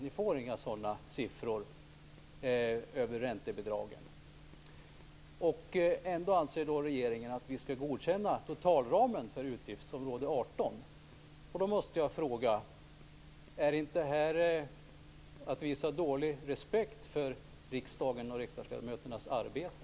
Ni får inga sådana siffror över räntebidragen. Ändå anser regeringen att vi skall godkänna totalramen för utgiftsområde 18. Då måste jag fråga: Är inte det här att visa dålig respekt för riksdagen och riksdagsledamöternas arbete?